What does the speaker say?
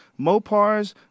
Mopars